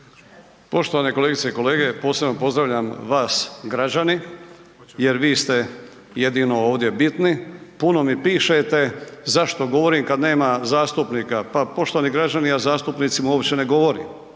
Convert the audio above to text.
Poštovane kolegice i kolege, posebno pozdravljam vas građani jer vi ste jedino ovdje bitni. Puno mi pišete. Zašto govorim kad nema zastupnika. Pa poštovani građani, ja zastupnicima uopće ne govorim